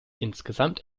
insgesamt